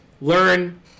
learn